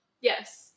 yes